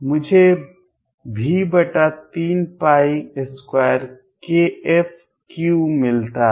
मुझे V32kF3 मिलता है